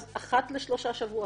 אחת לשלושה שבועות?